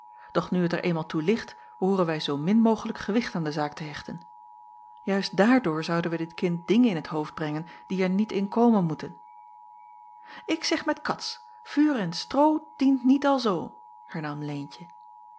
doch nu het er eenmaal toe ligt behooren wij zoomin mogelijk gewicht aan de zaak te hechten juist daardoor zonden wij dit kind dingen in t hoofd brengen die er niet in komen moeten ik zeg met cats vuur en stroo dient niet alzoo hernam leentje